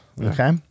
okay